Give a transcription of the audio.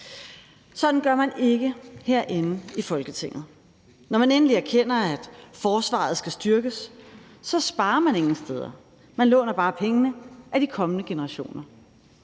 Sådan gør man ikke herinde i Folketinget. Når man endelig erkender, at forsvaret skal styrkes, sparer man ingen steder. Man låner bare pengene af de kommende generationer.